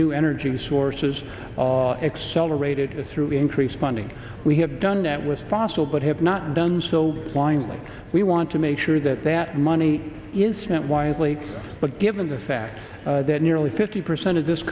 new energy resources accelerated through increased funding we have done that with fossil but have not done so blindly we want to make sure that that money is spent wisely but given the fact that nearly fifty percent of this